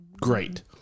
great